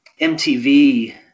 MTV